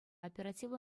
оперативлӑ